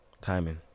timing